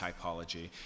typology